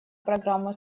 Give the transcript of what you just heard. программа